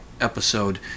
episode